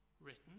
written